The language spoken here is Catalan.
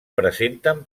presenten